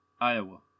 Iowa